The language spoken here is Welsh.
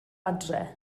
adre